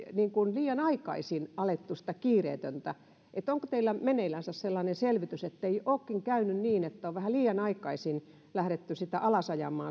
liian aikaisin alettu alasajaa sitä kiireetöntä onko teillä meneillänsä sellainen selvitys siitä ettei olekin käynyt niin että on vähän liian aikaisin lähdetty